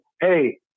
hey